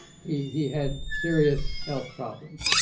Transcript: he he had serious health problems.